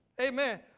Amen